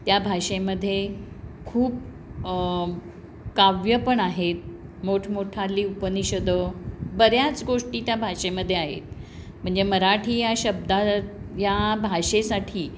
त्या भाषेमध्ये खूप काव्य पण आहेत मोठमोठाली उपनिषदं बऱ्याच गोष्टी त्या भाषेमध्ये आहेत म्हणजे मराठी या शब्दा या भाषेसाठी